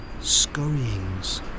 Scurryings